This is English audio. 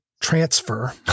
transfer